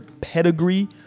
pedigree